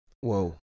Whoa